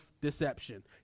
deception